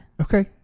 Okay